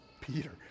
Peter